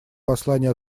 послание